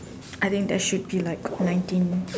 I think that should be like nineteen